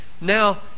Now